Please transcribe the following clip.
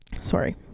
Sorry